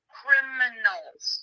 criminals